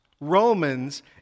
Romans